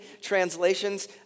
Translations